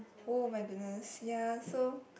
oh my goodness ya so